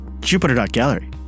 Jupiter.gallery